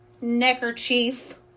neckerchief